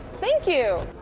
thank you!